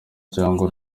cyangwa